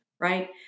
right